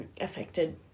affected